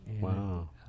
Wow